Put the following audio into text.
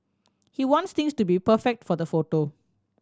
he wants things to be perfect for the photo